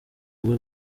ubwo